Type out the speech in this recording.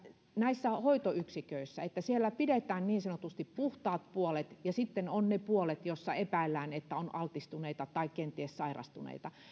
näissä hoitoyksiköissä pidetään niin sanotusti puhtaat puolet ja sitten on ne puolet joissa epäillään että on altistuneita tai kenties sairastuneita